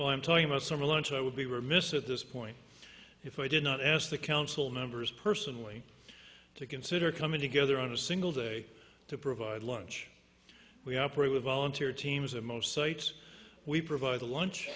well i'm talking about summer launch i would be remiss at this point if i did not ask the council members personally to consider coming together on a single day to provide lunch we operate with volunteer teams are most sites we provide the lunch